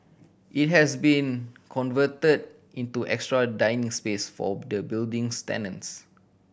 it has been converted into extra dining space by the building's tenants